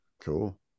Cool